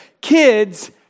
Kids